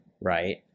right